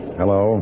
hello